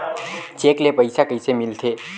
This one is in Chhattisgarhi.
चेक ले पईसा कइसे मिलथे?